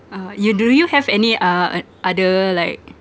uh you do you have any uh uh other like